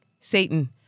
Satan